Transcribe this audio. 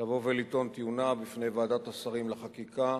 לבוא ולטעון טיעוניו בפני ועדת השרים לחקיקה